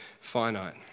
finite